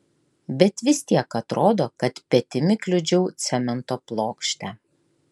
bet vis tiek atrodo kad petimi kliudžiau cemento plokštę